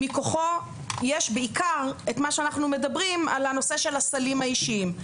מכוחו יש בעיקר את מה שאנחנו מדברים על נושא הסלים האישיים.